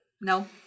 no